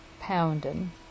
pounding